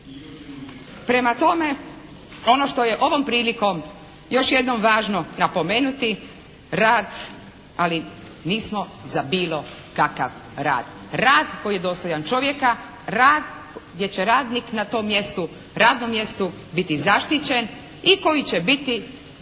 Prema tome, ono što je ovom prilikom još jednom važno napomenuti rad, ali nismo za bilo kakav rad. Rad koji je dostojan čovjeka, rad jer će radnik na tom mjestu, radnom mjestu biti zaštićen i koji će biti